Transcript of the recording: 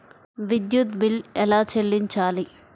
విద్యుత్ బిల్ ఎలా చెల్లించాలి?